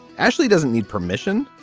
ashley doesn't need permission.